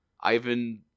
Ivan